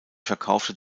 verkaufte